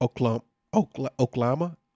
Oklahoma